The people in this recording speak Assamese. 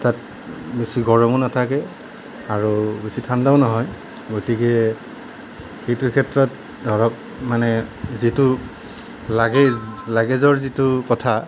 তাত বেছি গৰমো নাথাকে আৰু বেছি ঠাণ্ডাও নহয় গতিকে সেইটো ক্ষেত্ৰত ধৰক মানে যিটো লাগেজ লাগেজৰ যিটো কথা